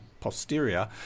posterior